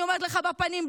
אני אומרת לך בפנים,